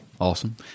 awesome